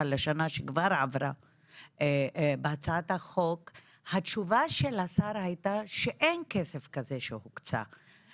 לשנה שעבר עברה בהצעת החוק התשובה של השר הייתה שאין כסף כזה שהוקצה.